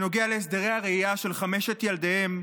בנוגע להסדרי הראייה של חמשת ילדיהם,